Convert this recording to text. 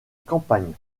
campagne